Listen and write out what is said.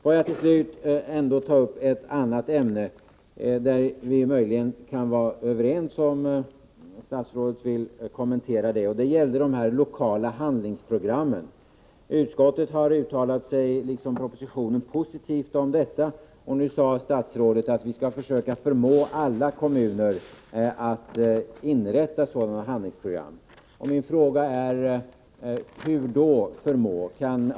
Får jag till slut ta upp ett annat ämne, där vi möjligen kan vara överens — det vore bra om statsrådet ville kommentera det. Det gäller de lokala handlingsprogrammen. Utskottet har, liksom man gör i propositionen, uttalat sig positivt om detta, och nu sade statsrådet att vi skall försöka förmå alla kommuner att inrätta sådana handlingsprogram. Min fråga är: Hur skall man få kommunerna att göra detta?